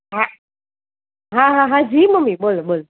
હા હા હા હા જી મમ્મી બોલો બોલો